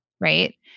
Right